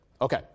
Okay